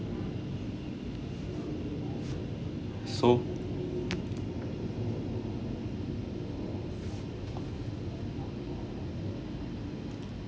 so